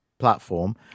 platform